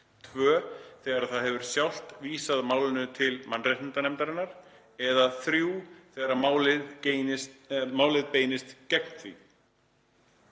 2) þegar það hefur sjálft vísað málinu til mannréttindanefndarinnar eða 3) þegar málið beinist gegn því.